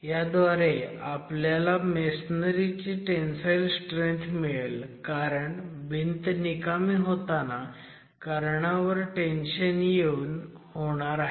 ह्याद्वारे आपल्याला मेसनरी ची tensile strength मिळेल कारण भिंत निकामी होताना कर्णावर टेन्शन येऊन होणार आहे